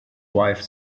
wife